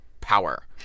power